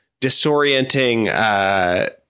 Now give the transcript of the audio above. disorienting